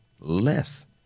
less